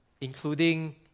including